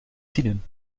tienen